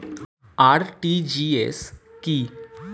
RTGS কি?